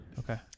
Okay